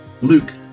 Luke